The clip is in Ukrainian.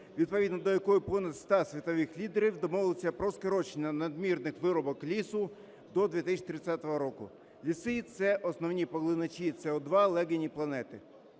відповідно до якої понад 100 світових лідерів домовилися про скорочення надмірних вирубок лісу до 2030 року. Ліси – це основні поглиначі СО2 і легені планети.